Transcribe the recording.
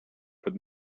but